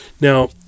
Now